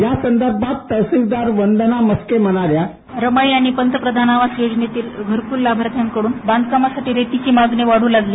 यासंदर्भात तहसीलदार वंदना म्हस्के म्हणाल्या रमाई आणि पंतप्रधान आवास योजनेतील घरक्ल लाभार्थ्यांकड्रन बांधकामासाठी रेतीची मागणी वाढ्र लागली